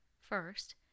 First